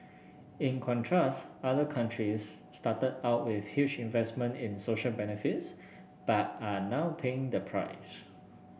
in contrast other countries started out with huge investments in social benefits but are now paying the price